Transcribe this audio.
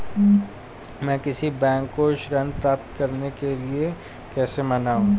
मैं किसी बैंक को ऋण प्राप्त करने के लिए कैसे मनाऊं?